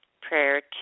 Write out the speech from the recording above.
Prayer